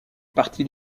parti